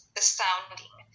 astounding